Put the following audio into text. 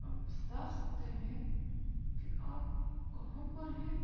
بتا سکتے ہیں کہ آپ کہاں پر ہیں